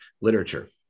literature